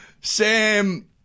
Sam